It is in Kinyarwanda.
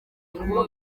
ngo